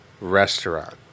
restaurant